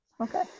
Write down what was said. Okay